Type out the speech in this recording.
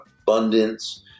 abundance